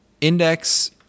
Index